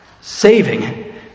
saving